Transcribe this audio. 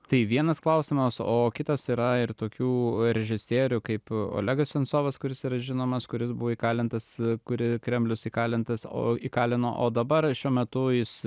tai vienas klausimas o kitas yra ir tokių režisierių kaip olegas sinsovas kuris yra žinomas kuris buvo įkalintas kurį kremlius įkalintas o įkalino o dabar šiuo metu jis